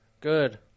Good